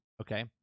Okay